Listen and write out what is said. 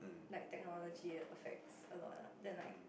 like technology it affects a lot ah then like